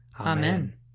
Amen